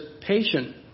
patient